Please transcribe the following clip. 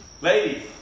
Ladies